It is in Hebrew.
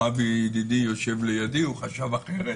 אבי ידידי יושב לידי, הוא חשב אחרת